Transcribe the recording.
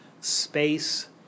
space